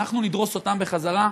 אנחנו נדרוס אותם בחזרה.